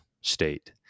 state